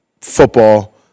football